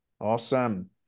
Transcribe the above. awesome